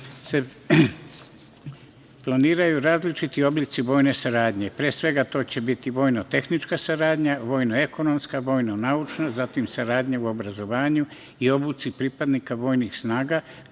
se planiraju različiti oblici vojne saradnje, pre svega to će biti vojno-tehnička saradnja, vojno-ekonomska, vojno-naučna, zatim saradnja u oblasti obrazovanja i obuci pripadnika vojnih snaga